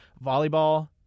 Volleyball